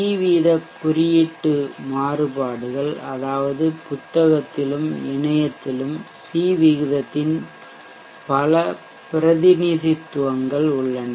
C வீத குறியீட்டு மாறுபாடுகள் அதாவது புத்தகத்திலும் இணையத்திலும் சி விகிதத்தின் பல பிரதிநிதித்துவங்கள் உள்ளன